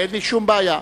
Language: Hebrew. אין לי שום בעיה.